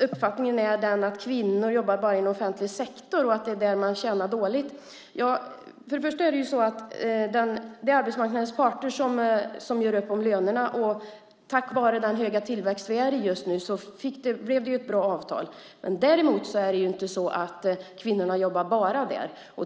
uppfattningen att kvinnor bara jobbar inom offentlig sektor och att det är där som man tjänar dåligt. Först och främst är det arbetsmarknadens parter som gör upp om lönerna, och tack vare den höga tillväxt som vi har just nu blev det ett bra avtal. Däremot är det inte så att kvinnorna jobbar bara där.